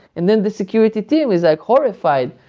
and then the security team is like horrified,